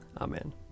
Amen